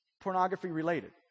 pornography-related